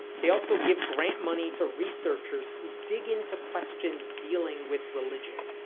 they also give grant money to researchers who dig into questions dealing with religion.